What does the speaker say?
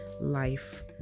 life